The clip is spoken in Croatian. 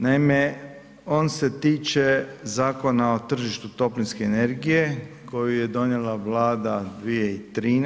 Naime, on se tiče Zakona o tržištu toplinske energije koji je donijela Vlada 2013.